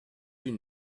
you